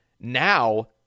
now